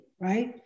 right